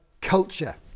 culture